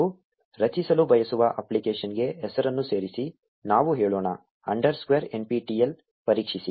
ನೀವು ರಚಿಸಲು ಬಯಸುವ ಅಪ್ಲಿಕೇಶನ್ಗೆ ಹೆಸರನ್ನು ಸೇರಿಸಿ ನಾವು ಹೇಳೋಣ ಅಂಡರ್ಸ್ಕೋರ್ nptel ಪರೀಕ್ಷಿಸಿ